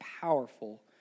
powerful